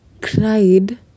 Cried